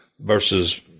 versus